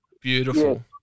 Beautiful